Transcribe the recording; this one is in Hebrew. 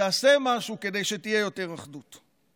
תעשה משהו כדי שתהיה יותר אחדות.